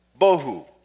Bohu